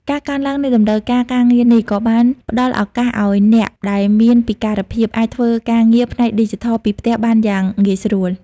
ការកើនឡើងនៃតម្រូវការការងារនេះក៏បានផ្តល់ឱកាសឱ្យអ្នកដែលមានពិការភាព អាចធ្វើការងារផ្នែកឌីជីថលពីផ្ទះបានយ៉ាងងាយស្រួល។